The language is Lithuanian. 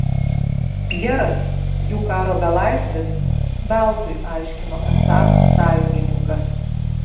pjeras jų karo belaisvis veltui aiškino esąs sąjungininkas